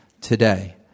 today